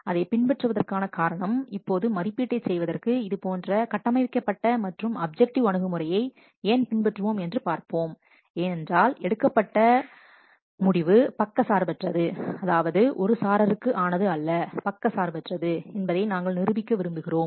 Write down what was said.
அதைப் பின்பற்றுவதற்கான காரணம் இப்போது மதிப்பீட்டைச் செய்வதற்கு இதுபோன்ற கட்டமைக்கப்பட்ட மற்றும் அப்ஜெக்டிவ் அணுகுமுறையை ஏன் பின்பற்றுவோம் என்று பார்ப்போம் ஏனென்றால் எடுக்கப்பட்ட முடிவு பக்கச்சார்பற்றது அதாவது ஒரு சாரருக்கு ஆனது அல்ல பக்கச்சார்பற்றது என்பதை நாம் நிரூபிக்க விரும்புகிறோம்